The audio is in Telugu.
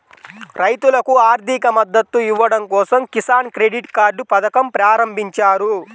రైతులకు ఆర్థిక మద్దతు ఇవ్వడం కోసం కిసాన్ క్రెడిట్ కార్డ్ పథకం ప్రారంభించారు